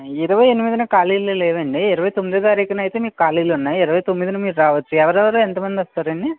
ఇరవై ఎనిమిదిన ఖాళీలు లేవండి ఇరవై తొమ్మిదో తారికున అయితే ఖాళీలు ఉన్నాయి ఇరవై తొమ్మిదిన మీరు రావచ్చు ఎవరెవరు ఎంత మంది వస్తారు అండి